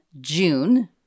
June